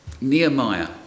Nehemiah